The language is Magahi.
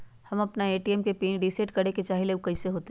हम अपना ए.टी.एम के पिन रिसेट करे के चाहईले उ कईसे होतई?